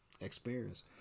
Experience